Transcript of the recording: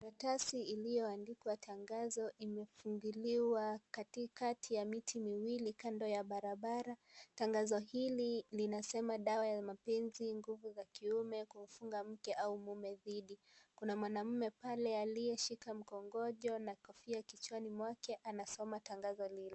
Karatasi iliyoandikwa tangazo imefungiliwa katikati ya miti miwili kando ya barabara, tangazo hili linasema dawa ya mapenzi, nguvu za kiume, kumfunga mke au mume dhidi, kuna mwanaume pale aliyeshika mkongojo na kofia kichwani mwake anasoma tangazo lile.